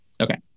Okay